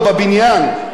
יש ועדת-גולדברג,